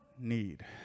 need